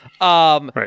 Right